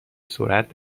سرعت